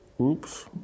Oops